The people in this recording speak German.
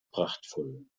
prachtvoll